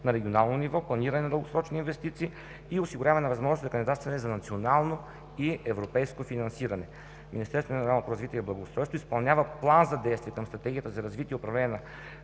на регионално ниво, планиране на дългосрочни инвестиции и осигуряване на възможности за кандидатстване за национално и европейско финансиране. Министерството на регионалното развитие и благоустройството изпълнява План за действие към Стратегията за развитие и управление на